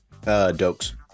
Dokes